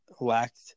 lacked